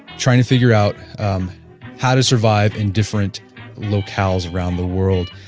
trying to figure out um how to survive in different locales around the world.